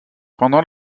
pendant